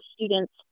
students